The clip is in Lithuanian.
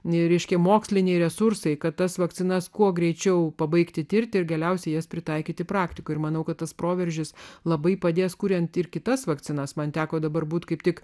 reiškė moksliniai resursai kad tas vakcinas kuo greičiau pabaigti tirti ir galiausiai jas pritaikyti praktikoje ir manau kad tas proveržis labai padės kuriant ir kitas vakcinas man teko dabar būti kaip tik